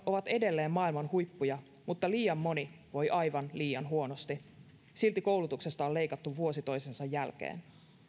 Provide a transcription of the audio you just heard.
ovat edelleen maailman huippuja mutta liian moni voi aivan liian huonosti silti koulutuksesta on leikattu vuosi toisensa jälkeen